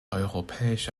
europäische